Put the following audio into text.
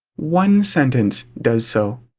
one sentence does so.